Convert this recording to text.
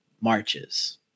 marches